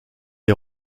est